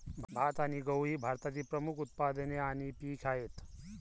भात आणि गहू ही भारतातील प्रमुख उत्पादने आणि पिके आहेत